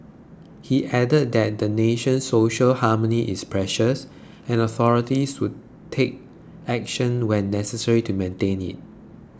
he added that the nation's social harmony is precious and authorities will take action when necessary to maintain it